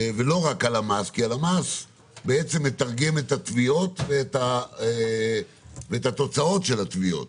ולא רק הלמ"ס כי הלמ"ס בעצם מתרגם את התביעות ואת התוצאות של התביעות,